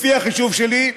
לפי החישוב שלי,